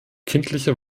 kindliche